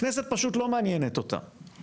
הכנסת פשוט לא מעניינת אותה,